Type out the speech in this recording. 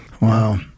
Wow